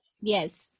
yes